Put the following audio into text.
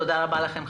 תודה רבה לכם,